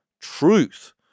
truth